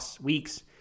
weeks